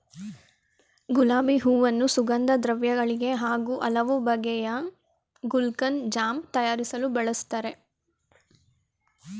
ಗುಲಾಬಿ ಹೂವನ್ನು ಸುಗಂಧದ್ರವ್ಯ ಗಳಿಗೆ ಹಾಗೂ ಹಲವು ಬಗೆಯ ಗುಲ್ಕನ್, ಜಾಮ್ ತಯಾರಿಸಲು ಬಳ್ಸತ್ತರೆ